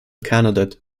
candidate